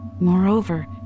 Moreover